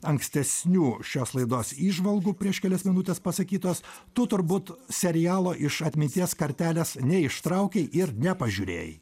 ankstesnių šios laidos įžvalgų prieš kelias minutes pasakytos tu turbūt serialo iš atminties kartelės neištraukei ir nepažiūrėjai